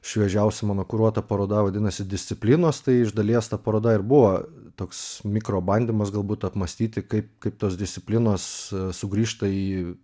šviežiausia mano kuruota paroda vadinasi disciplinos tai iš dalies ta paroda ir buvo toks mikro bandymas galbūt apmąstyti kaip kaip tos disciplinos sugrįžta į